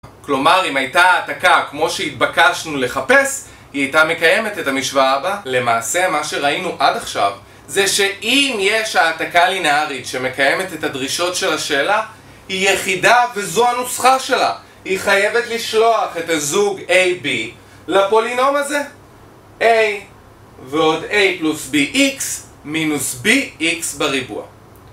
כלומר, אם הייתה העתקה כמו שהתבקשנו לחפש, היא הייתה מקיימת את המשוואה הבאה? למעשה, מה שראינו עד עכשיו, זה שאם יש העתקה לינארית שמקיימת את הדרישות של השאלה, היא יחידה, וזו הנוסחה שלה. היא חייבת לשלוח את הזוג AB לפולינום הזה. A ועוד A פלוס BX מינוס BX בריבוע.